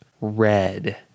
red